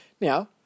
Now